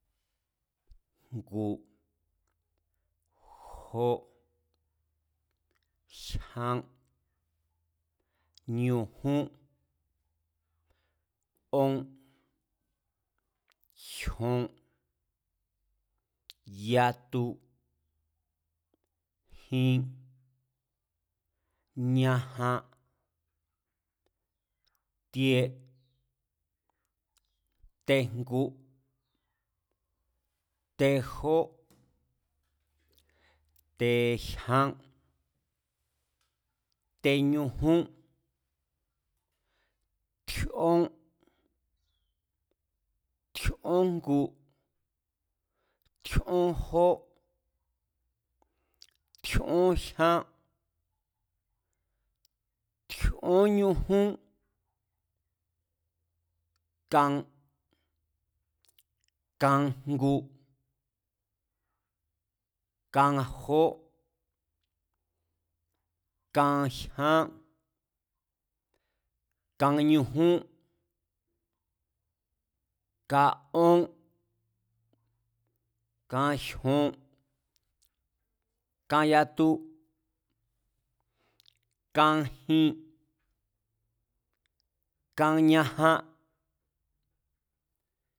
Ngu, jó jyán, ñujún, ón, jyon, yatu, jin, ñajan, tié, tejngu, tejó, tejyán, teñujún, tjíón, tjíón jngu tjíón jó, tjíón jyán, tjíón ñujún, kan, kajngu ka jó, ka jyán, ka ñujún, ka ón, ka jyán, ka jyon, kayatu, kajin kajin, kañajan